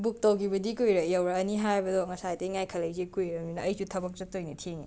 book ꯇꯧꯈꯤꯕꯗꯤ ꯀꯨꯏꯔꯦ ꯌꯧꯔꯛꯑꯅꯤ ꯍꯥꯏꯕꯗꯣ ꯉꯁꯥꯏꯗꯩ ꯉꯥꯏꯈꯠꯂꯏꯁꯦ ꯀꯨꯏꯔꯝꯅꯤꯅ ꯑꯩꯁꯨ ꯊꯕꯛ ꯆꯠꯇꯣꯏꯅꯦ ꯊꯦꯡꯉꯦ